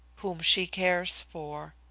whom she cares for.